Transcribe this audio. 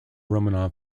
romanov